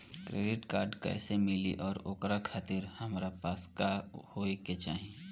Credit card कैसे मिली और ओकरा खातिर हमरा पास का होए के चाहि?